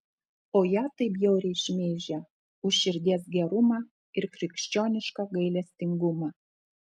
o ją taip bjauriai šmeižia už širdies gerumą ir krikščionišką gailestingumą